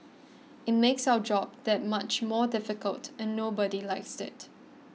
it makes our job that much more difficult and nobody likes it